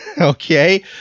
Okay